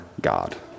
God